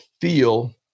feel